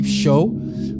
show